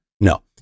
No